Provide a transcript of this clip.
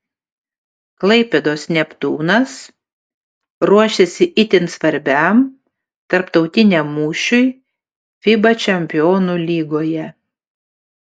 klaipėdos neptūnas ruošiasi itin svarbiam tarptautiniam mūšiui fiba čempionų lygoje